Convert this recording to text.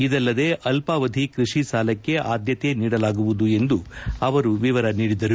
ಇದಲ್ಲದೆ ಅಲ್ಲಾವಧಿ ಕೃಷಿ ಸಾಲಕ್ಕೆ ಆದ್ಕತೆ ನೀಡಲಾಗುವುದು ಎಂದು ಅವರು ವಿವರ ನೀಡಿದರು